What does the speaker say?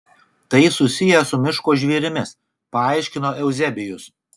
tai susiję su miško žvėrimis paaiškino euzebijus